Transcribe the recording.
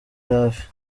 hafi